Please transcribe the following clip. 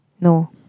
No